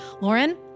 Lauren